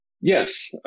yes